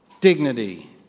dignity